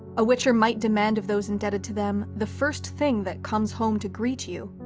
a witcher might demand of those indebted to them, the first thing that comes home to greet you,